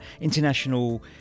international